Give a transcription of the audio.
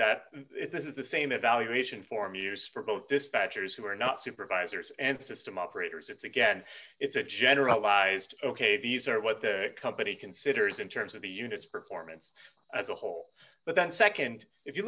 that this is the same evaluation form use for both dispatchers who are not supervisors and system operators it's again it's a generalized ok these are what the company considers in terms of the units performance as a whole but then nd if you